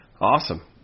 Awesome